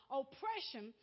oppression